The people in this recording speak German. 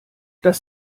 das